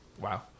Wow